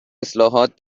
اصلاحات